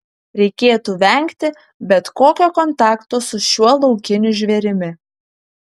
reikėtų vengti bet kokio kontakto su šiuo laukiniu žvėrimi